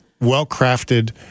Well-crafted